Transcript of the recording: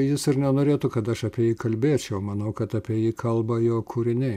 jis ir nenorėtų kad aš apie jį kalbėčiau manau kad apie jį kalba jo kūriniai